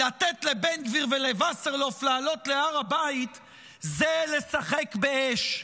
לתת לבן גביר ולווסרלאוף לעלות להר הבית זה לשחק באש.